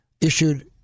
issued